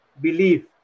believe